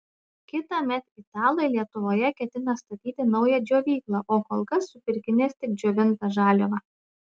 kitąmet italai lietuvoje ketina statyti naują džiovyklą o kol kas supirkinės tik džiovintą žaliavą